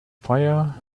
fire